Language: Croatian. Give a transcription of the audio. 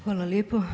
Hvala lijepo.